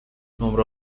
نمره